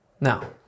Now